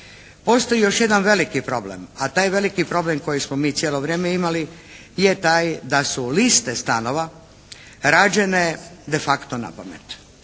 Postoji još jedan veliki problem. A taj veliki problem koji smo mi cijelo vrijeme imali je taj da su liste stanova rađene de facto napamet.